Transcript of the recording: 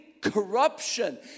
Corruption